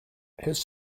his